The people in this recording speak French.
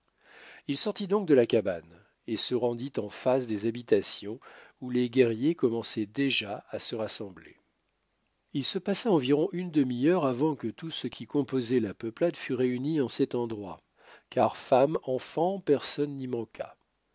il sortit donc de la cabane et se rendit en face des habitations où les guerriers commençaient déjà à se rassembler il se passa environ une demi-heure avant que tout ce qui composait la peuplade fût réuni en cet endroit car femmes enfants personne n'y manqua